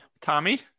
Tommy